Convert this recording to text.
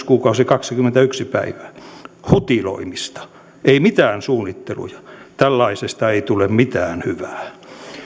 kuukauden kaksikymmentäyksi päivää hutiloimista ei mitään suunnitteluja tällaisesta ei tule mitään hyvää